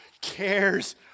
cares